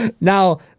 now